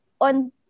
on